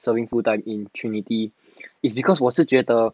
serving full time in trinity is because 我是觉得